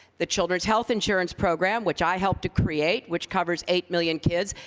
the children's health insurance program, which i helped to create, which covers eight million kids,